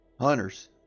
Hunters